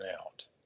out